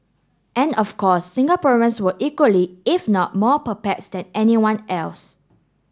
and of course Singaporeans were equally if not more perplexed than anyone else